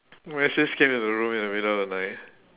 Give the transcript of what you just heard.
my sis came in the room in the middle of the night